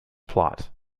plot